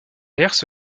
herse